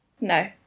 No